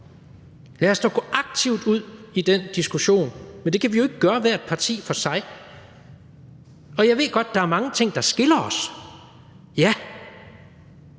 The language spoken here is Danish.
Lad os dog gå aktivt ud i den diskussion. Men det kan vi jo ikke gøre hvert parti for sig, og jeg ved godt, at der er mange ting, der skiller os. Ja,